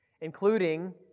including